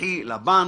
ורווחי לבנק.